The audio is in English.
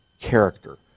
character